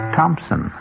Thompson